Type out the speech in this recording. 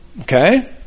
Okay